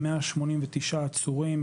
189 עצורים,